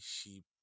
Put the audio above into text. sheep